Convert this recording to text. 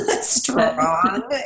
strong